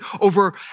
over